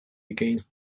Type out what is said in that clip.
against